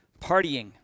partying